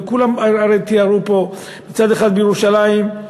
וכולם הרי תיארו פה, מצד אחד, בירושלים, דה-פקטו,